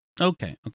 Okay